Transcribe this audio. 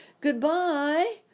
Goodbye